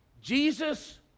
Jesus